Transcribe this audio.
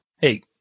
Hey